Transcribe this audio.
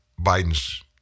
Biden's